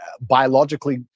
biologically